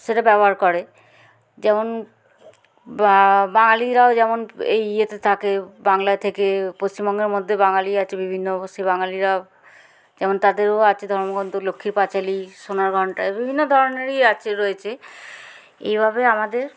সেটা ব্যবহার করে যেমন বা বাঙালিরাও যেমন এই ইয়েতে থাকে বাংলা থেকে পশ্চিমবঙ্গের মধ্যে বাঙালি আছে বিভিন্ন সেই বাঙালিরা যেমন তাদেরও আছে ধর্মগ্রন্থ লক্ষ্মীর পাঁচালী সোনার ঘণ্টা বিভিন্ন ধরনেরই আছে রয়েছে এইভাবে আমাদের